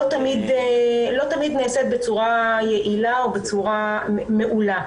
לא תמיד נעשית בצורה יעילה או בצורה מעולה.